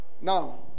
Now